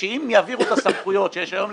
יבדקו אותנו --- איזו